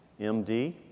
MD